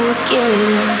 again